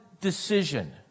decision